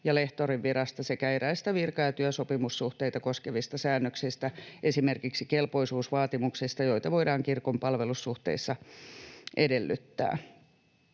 ja lehtorin virasta, sekä eräistä virka- ja työsopimussuhteita koskevista säännöksistä, esimerkiksi kelpoisuusvaatimuksista, joita voidaan kirkon palvelussuhteissa edellyttää.